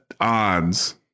odds